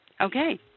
Okay